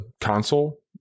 console